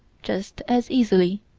just as easily.